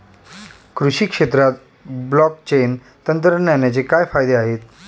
कृषी क्षेत्रात ब्लॉकचेन तंत्रज्ञानाचे काय फायदे आहेत?